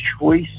choice